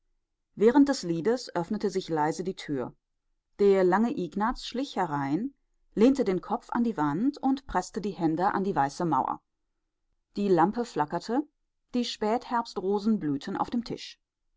während des liedes öffnete sich leise die tür der lange ignaz schlich sich herein lehnte den kopf an die wand und preßte die hände an die weiße mauer die lampe flackerte die spätherbstrosen blühten auf dem tisch